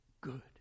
good